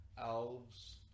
Elves